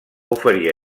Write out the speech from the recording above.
oferir